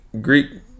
Greek